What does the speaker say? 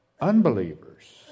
unbelievers